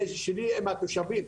זה שלי עם התושבים.